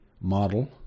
model